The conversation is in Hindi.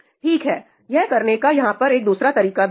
ठीक है यह करने का यहां पर एक दूसरा तरीका भी है